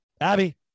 Abby